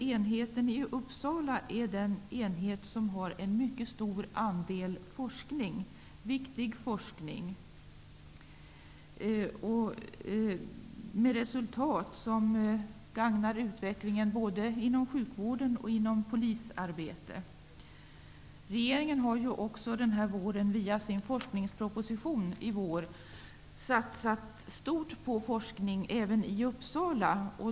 Enheten i Uppsala har en mycket stor andel viktig forskning med resultat som gagnar utvecklingen både inom sjukvård och inom polisarbete. Regeringen har också denna vår, via sin forskningsproposition, satsat stort på forskning, även i Uppsala.